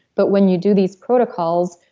but when you do these protocols,